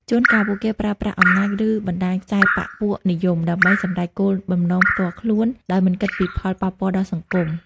ជួនកាល ពួកគេប្រើប្រាស់អំណាច ឬបណ្តាញខ្សែបក្សពួកនិយម ដើម្បីសម្រេចគោលបំណងផ្ទាល់ខ្លួន ដោយមិនគិតពីផលប៉ះពាល់ដល់សង្គម។